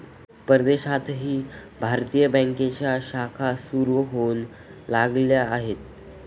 परदेशातही भारतीय बँकांच्या शाखा सुरू होऊ लागल्या आहेत